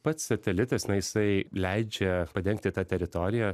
pats satelitas na jisai leidžia padengti tą teritoriją